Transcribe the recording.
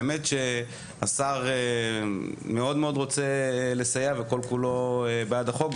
האמת שהשר מאוד רוצה לסייע וכל כולו בעד החוק.